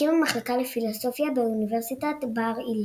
מקים המחלקה לפילוסופיה באוניברסיטת בר-אילן.